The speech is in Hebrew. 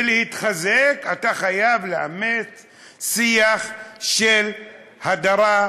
ולהתחזק, אתה חייב לאמץ שיח של הדרה,